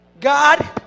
God